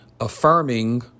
Affirming